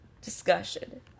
discussion